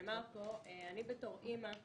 אני כאימא,